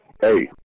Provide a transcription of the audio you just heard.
Hey